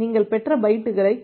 நீங்கள் பெற்ற பைட்டுகளை